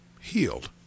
healed